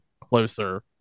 closer